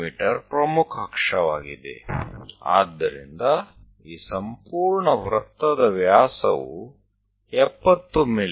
me ಪ್ರಮುಖ ಅಕ್ಷವಾಗಿದೆ ಆದ್ದರಿಂದ ಈ ಸಂಪೂರ್ಣ ವೃತ್ತದ ವ್ಯಾಸವು 70 ಮಿ